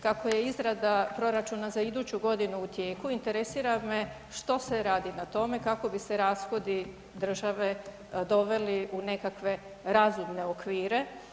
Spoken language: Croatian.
Kako je izrada proračuna za iduću godinu u tijeku interesira me što se radi na tome kako bi se rashodi države doveli u nekakve razumne okvire?